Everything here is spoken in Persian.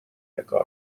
نگات